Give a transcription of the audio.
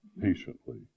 patiently